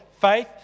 faith